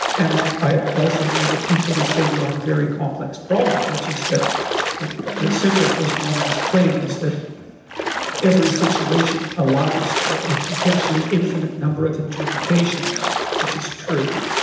and i also know that he put his finger on a very complex problem, which is that like the central postmodernist claim is that every situation allows for a potentially infinite number of interpretations, which is true.